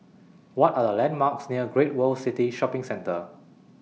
What Are The landmarks near Great World City Shopping Centre